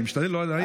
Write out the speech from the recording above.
אני משתדל לא להעיר.